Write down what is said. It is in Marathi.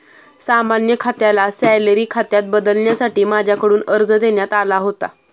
सामान्य खात्याला सॅलरी खात्यात बदलण्यासाठी माझ्याकडून अर्ज देण्यात आला होता